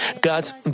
God's